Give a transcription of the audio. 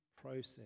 process